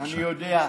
אני יודע.